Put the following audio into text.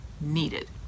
needed